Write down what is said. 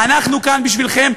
אנחנו כאן בשבילכם.